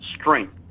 strength